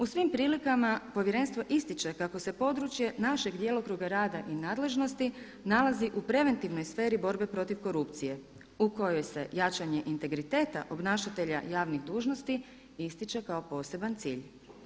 U svim prilikama povjerenstvo ističe kako se područje našeg djelokruga rada i nadležnosti nalazi u preventivnoj sferi borbe protiv korupcije u kojoj se jačanje integriteta obnašatelja javnih dužnosti ističe kao poseban cilj.